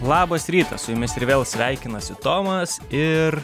labas rytas su jumis ir vėl sveikinasi tomas ir